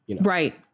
Right